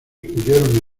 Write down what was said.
huyeron